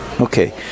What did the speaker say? Okay